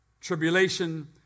tribulation